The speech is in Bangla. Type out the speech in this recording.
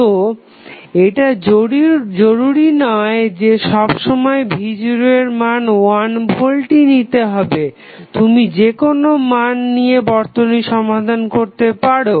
তো এটা জরুরি নয় যে সমসময় v0 এর মান 1 ভোল্টই নিতে হবে তুমি যেকোনো মান নিয়ে বর্তনী সমাধান করতে পারো